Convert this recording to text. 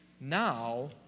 now